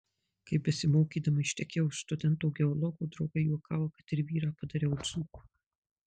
kai besimokydama ištekėjau už studento geologo draugai juokavo kad ir vyrą padariau dzūku